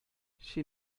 she